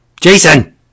Jason